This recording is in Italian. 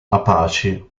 apache